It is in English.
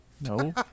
No